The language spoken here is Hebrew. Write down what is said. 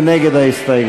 מי נגד ההסתייגות?